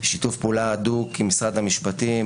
בשיתוף פעולה הדוק עם משרד המשפטים,